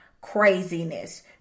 Craziness